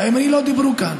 הימני לא דיברו כאן.